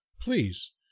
Please